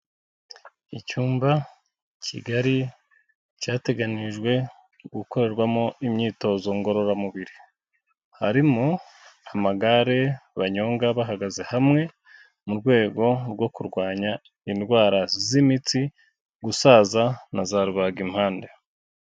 Icyumba kigari cyateganyirijwe gukorerwamo imyitozo ngororamubiri, harimo amagare banyonga bahagaze hamwe, mu rwego rwo kurwanya indwara z'imitsi, gusaza na za rubaga impande.